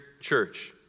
church